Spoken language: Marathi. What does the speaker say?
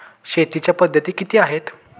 शेतीच्या पद्धती किती आहेत?